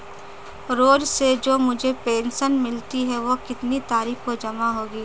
रोज़ से जो मुझे पेंशन मिलती है वह कितनी तारीख को जमा होगी?